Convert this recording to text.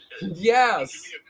Yes